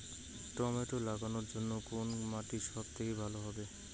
Tomato লাগানোর জন্যে কোন মাটি সব থেকে ভালো হবে?